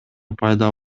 пайда